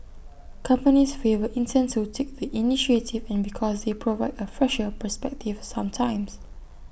companies favour interns who take the initiative and because they provide A fresher perspective sometimes